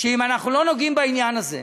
שאם אנחנו לא נוגעים בעניין הזה,